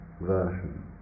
version